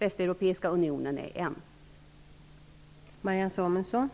Västeuropeiska unionen är en möjlighet.